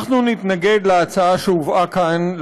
אנחנו נתנגד להצעה שהובאה כאן,